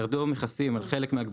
ירדו המכסים על חלק מהדברים.